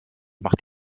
macht